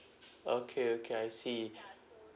okay okay I see